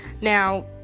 Now